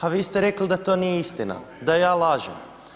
a vi ste rekli da to nije istina, da ja lažem.